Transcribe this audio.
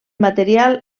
material